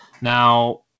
now